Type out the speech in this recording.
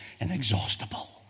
inexhaustible